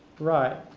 right.